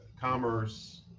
commerce